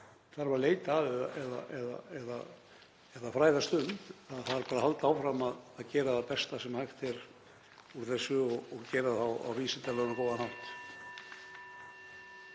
sem þarf að leita að eða fræðast um, það þarf bara að halda áfram að gera það besta sem hægt er í þessu og gera það á vísindalegan og góðan hátt.